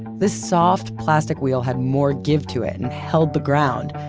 this soft, plastic wheel had more give to it, and held the ground,